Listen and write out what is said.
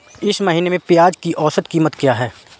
इस महीने में प्याज की औसत कीमत क्या है?